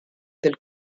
del